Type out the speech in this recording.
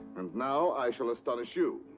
and now i shall astonish you.